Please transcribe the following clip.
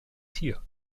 tier